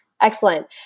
Excellent